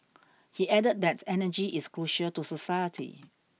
he added that energy is crucial to society